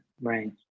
right